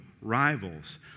rivals